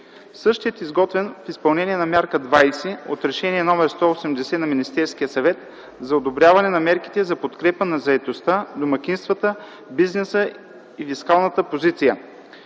Същият е изготвен в изпълнение на Мярка № 20 от Решение № 180 на Министерския съвет за одобряване на мерки за подкрепа на заетостта, домакинствата, бизнеса и фискалната позиция.